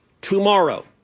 tomorrow